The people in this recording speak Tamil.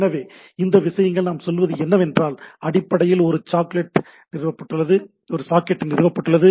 எனவே இந்த விஷயங்கள் நாம் சொல்வது என்னவென்றால் அடிப்படையில் ஒரு சாக்கெட் நிறுவப்பட்டுள்ளது